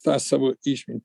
tą savo išmintį